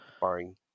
barring